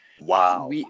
Wow